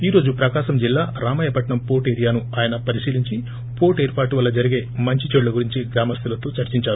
ఈ రోజు ప్రకాశం జిల్లా రామాయపట్నం పోర్టు ఏరియాను ఆయన పరిశీలించి పోర్టు ఏర్పాటు వల్ల జరిగే మంచి చెడుల గురించి గ్రామస్తులతో చర్చించారు